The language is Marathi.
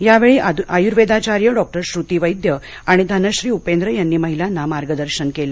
यावेळी आयूर्वेदाचार्य डॉ श्रूती वैद्य आणि धनश्री उपेंद्र यांनी महिलांना मार्गदर्शन केलं